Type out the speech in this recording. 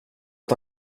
att